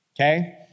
okay